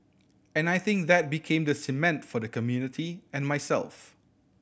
and I think that became the cement for the community and myself